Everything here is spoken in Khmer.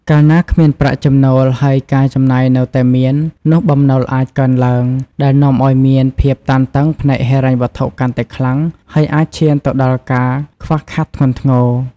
កាលណាគ្មានប្រាក់ចំណូល ហើយការចំណាយនៅតែមាន នោះបំណុលអាចកើនឡើង ដែលនាំឱ្យមានភាពតានតឹងផ្នែកហិរញ្ញវត្ថុកាន់តែខ្លាំង ហើយអាចឈានទៅដល់ការខ្វះខាតធ្ងន់ធ្ងរ។